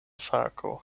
fako